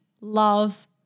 love